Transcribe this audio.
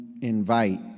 invite